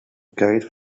kite